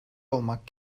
olmak